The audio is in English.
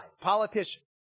politician